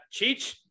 Cheech